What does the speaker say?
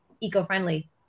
eco-friendly